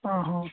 ଅ ହ